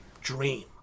dream